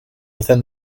within